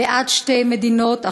בעד שתי מדינות,